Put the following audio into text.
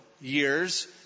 years